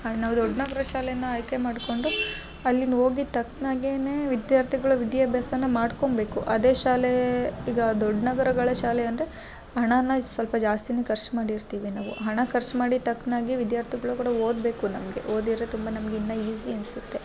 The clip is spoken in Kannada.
ನಾವು ದೊಡ್ಡ ನಗರ ಶಾಲೆನ ಆಯ್ಕೆ ಮಾಡ್ಕೊಂಡು ಅಲ್ಲಿನ ಹೋಗಿದ್ದ ತಕ್ನಾಗೇನೆ ವಿದ್ಯಾರ್ಥಿಗಳು ವಿದ್ಯಾಭ್ಯಾಸನ ಮಾಡ್ಕೊಬೇಕು ಅದೇ ಶಾಲೆ ಈಗ ದೊಡ್ಡ ನಗರಗಳ ಶಾಲೆ ಅಂದರೆ ಹಣನ ಇಸ್ ಸ್ವಲ್ಪ ಜಾಸ್ತಿನೆ ಖರ್ಚು ಮಾಡಿರ್ತೀವಿ ನಾವು ಹಣ ಖರ್ಚ್ ಮಾಡಿದ ತಕ್ನಾಗೆ ವಿದ್ಯಾರ್ಥಿಗಳು ಕೂಡ ಓದಬೇಕು ನಮಗೆ ಓದಿರ ತುಂಬ ನಮಗೆ ಇನ್ನ ಈಝಿ ಅನ್ಸುತ್ತೆ